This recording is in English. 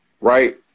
Right